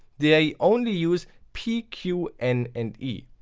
they only use p, q, n and e.